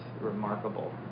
remarkable